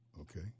Okay